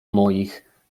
moich